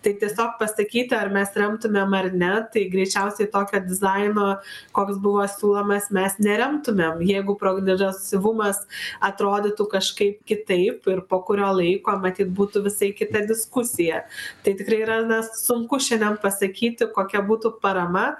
tai tiesiog pasakyti ar mes remtumėm ar ne tai greičiausiai tokio dizaino koks buvo siūlomas mes neremtumėm jeigu progresyvumas atrodytų kažkaip kitaip ir po kurio laiko matyt būtų visai kita diskusija tai tikrai yra na sunku šiandien pasakyti kokia būtų parama